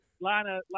Lana